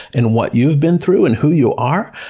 and what you've been through, and who you are.